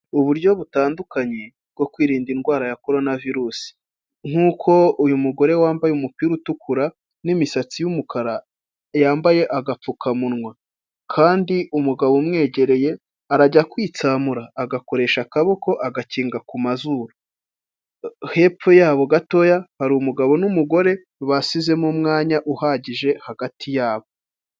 Uburyo butandukanye bwo kwirinda indwara ya corona virusi, nkuko uyu mugore wambaye umupira utukura n'imisatsi yumukara yambaye agapfukamunwa, kandi umugabo umwegereye arajya kwitsamura agakoresha akaboko agakinga ku mazuru, hepfo yabo gatoya hari umugabo n'umugore basizemo umwanya uhagije hagati yabo.